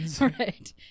Right